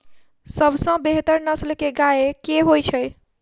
सबसँ बेहतर नस्ल केँ गाय केँ होइ छै?